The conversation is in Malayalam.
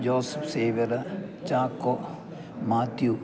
ജോസഫ് സേവ്യര് ചാക്കോ മാത്യു